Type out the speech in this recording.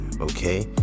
okay